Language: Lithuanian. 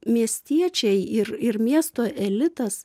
miestiečiai ir ir miesto elitas